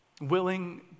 willing